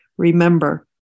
Remember